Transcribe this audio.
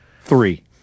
Three